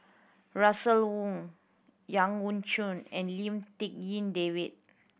Russel Wong Yau Ang Choon and Lim Tik En David